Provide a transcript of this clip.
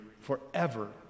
forever